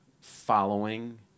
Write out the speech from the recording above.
following